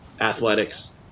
athletics